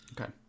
Okay